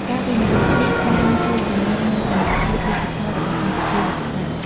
ការវិនិយោគនេះបានជួយពង្រឹងនូវសមត្ថភាពឌីជីថលរបស់កម្ពុជាយ៉ាងខ្លាំង។